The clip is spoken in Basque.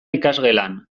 ikasgelan